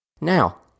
Now